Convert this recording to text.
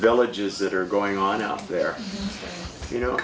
villages that are going on up there you know